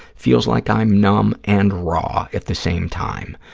feels like i'm numb and raw at the same time.